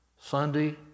Sunday